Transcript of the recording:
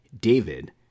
David